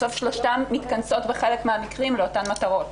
בחלק מהמקרים שלושתן מתכנסות לאותה מטרה.